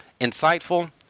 Insightful